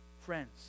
Friends